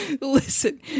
Listen